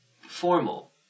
formal